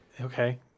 Okay